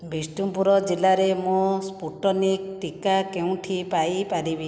ବିଷ୍ଣୁପୁର ଜିଲ୍ଲାରେ ମୁଁ ସ୍ପୁଟନିକ୍ ଟିକା କେଉଁଠି ପାଇପାରିବି